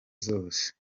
zose